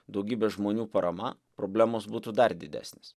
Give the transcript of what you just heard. daugybės žmonių parama problemos būtų dar didesnės